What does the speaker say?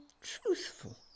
truthful